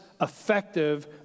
effective